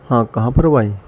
ہاں کہاں پر ہو بھائی